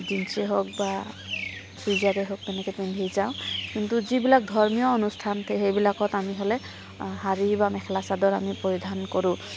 জিনচেই হওক বা চুইজাৰেই হওক তেনেকৈ তেনেকৈ পিন্ধি যাওঁ কিন্তু যিবিলাক ধৰ্মীয় অনুষ্ঠান সেইবিলাকত আমি হ'লে শাড়ী বা মেখেলা চাদৰ আমি পৰিধান কৰোঁ